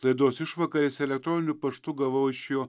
laidos išvakarėse elektroniniu paštu gavau iš jo